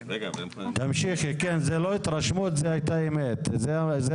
זאת לא התרשמות אלא כך זה היה המצב.